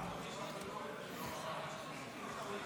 אדוני היושב-ראש, כנסת נכבדה, עמד כאן לפני